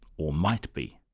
or might be.